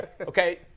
Okay